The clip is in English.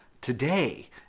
today